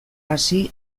hasi